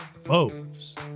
Foes